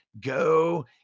Go